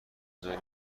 تجاری